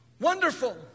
wonderful